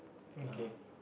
okay